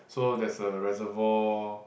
so there's a reservoir